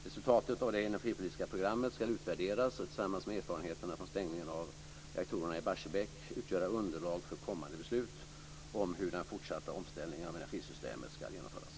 Resultatet av det energipolitiska programmet ska utvärderas och tillsammans med erfarenheterna från stängningen av reaktorerna i Barsebäck utgöra underlag för kommande beslut om hur den fortsatta omställningen av energisystemet ska genomföras.